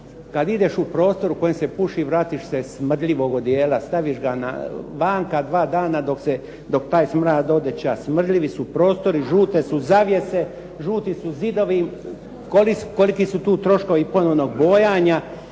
kad ideš u prostor u kojem se puši vratiš se smrdljivog odijela. Staviš ga vanka dva dana dok se, dok taj smrad ode ča. Smrdljivi su prostori, žute su zavjeste, žuti su zidovi. Koliki su tu troškovi ponovnog bojanja.